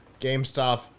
GameStop